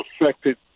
affected